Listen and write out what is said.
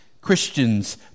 Christians